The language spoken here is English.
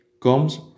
comes